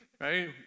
Right